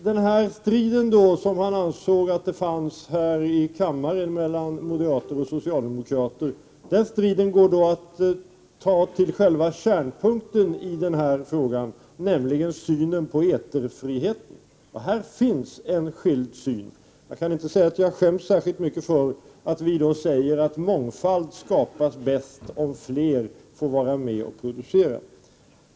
Den strid som han ansåg pågick i kammaren mellan moderater och socialdemokrater går emellertid då att hänföra till själva kärnpunkten i denna fråga, nämligen synen på eterfriheten. Här finns en skild syn. Jag kan inte säga att jag skäms särskilt mycket för att vi säger att mångfald skapas bäst om flera får vara med och producera.